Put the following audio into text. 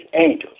angels